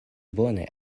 bone